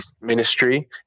ministry